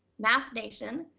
math nation,